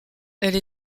elle